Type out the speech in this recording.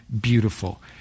beautiful